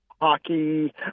hockey